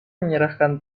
menyerahkan